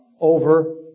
over